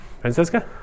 Francesca